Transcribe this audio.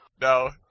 no